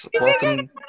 Welcome